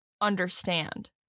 understand